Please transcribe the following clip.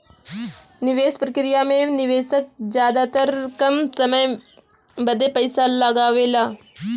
निवेस प्रक्रिया मे निवेशक जादातर कम समय बदे पइसा लगावेला